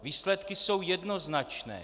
Výsledky jsou jednoznačné.